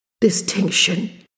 distinction